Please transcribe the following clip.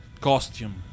costume